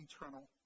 eternal